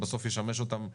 זה בסוף ישמש אותם לעתיד,